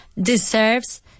deserves